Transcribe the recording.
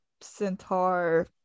centaur